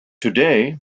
today